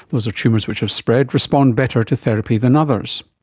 those are tumours which have spread, respond better to therapy than others.